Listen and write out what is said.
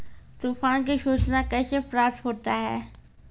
तुफान की सुचना कैसे प्राप्त होता हैं?